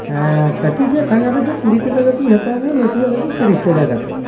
ᱦᱮᱸ ᱠᱟᱹᱴᱤᱡ ᱧᱚᱜ ᱴᱟᱸᱜᱟ ᱨᱮᱫᱚ ᱠᱩᱲᱤ ᱴᱟᱠᱟ ᱠᱟᱛᱮᱧ ᱦᱟᱛᱟᱣ ᱜᱮᱭᱟ ᱞᱟᱹᱴᱩᱣᱟᱜ ᱨᱮᱫᱚ ᱛᱤᱨᱤᱥ ᱴᱟᱠᱟ ᱠᱟᱛᱮᱫ